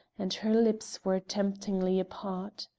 and her lips were temptingly apart.